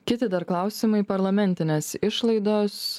kiti dar klausimai parlamentinės išlaidos